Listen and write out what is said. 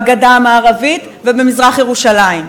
בגדה המערבית ובמזרח-ירושלים?